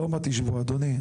אדוני,